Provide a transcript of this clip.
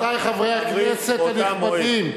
רבותי חברי הכנסת הנכבדים,